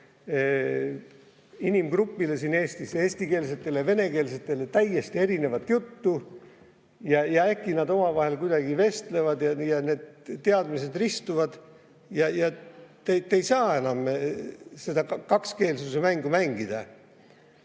inimgrupile siin Eestis, eestikeelsetele ja venekeelsetele, täiesti erinevat juttu. Äkki nad omavahel vestlevad ja need teadmised ristuvad ja te ei saa enam seda kakskeelsuse mängu mängida.